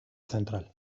central